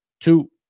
two